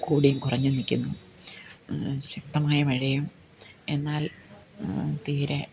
കൂടിയും കുറഞ്ഞും നിൽക്കുന്നു ശക്തമായ മഴയും എന്നാൽ തീരെ